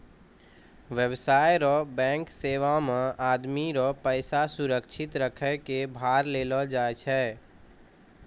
व्यवसाय रो बैंक सेवा मे आदमी रो पैसा सुरक्षित रखै कै भार लेलो जावै छै